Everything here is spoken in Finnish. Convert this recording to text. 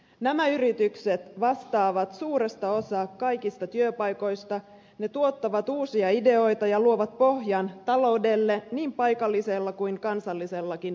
nämä yritykset vastaavat suuresta osaa kaikista työpaikoista ne tuottavat uusia ideoita ja luovat pohjan taloudelle niin paikallisella kuin kansallisellakin tasolla